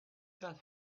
got